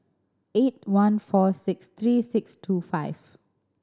eight one four six three six two five